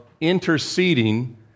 interceding